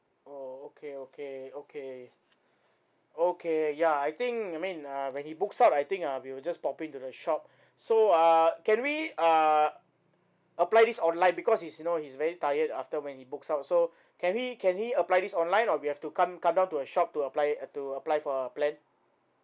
oh okay okay okay okay ya I think I mean uh when he books out I think uh we will just pop in to the shop so uh can we uh apply this online because he's you know he's very tired after when he books out so can he can he apply this online or we have to come come down to a shop to apply it uh to apply for a plan